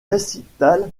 récitals